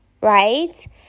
right